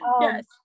Yes